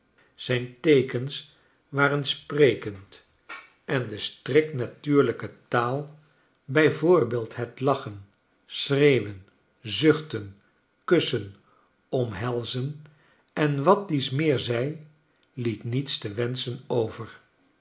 zijn teekens waren sprekend en de strikt natuurliike taal bij voorbeeld het lachen schreeuwen zuchten kussen omhelzen en wat dies meer zij liet niets te wenschen over